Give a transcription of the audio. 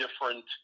different